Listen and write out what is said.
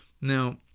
Now